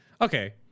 Okay